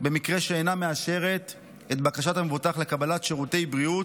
במקרה שאינן מאשרות את בקשת המבוטח לקבלת שירותי בריאות,